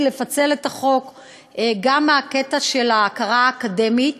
לפצל את החוק גם מהקטע של ההכרה האקדמית,